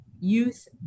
youth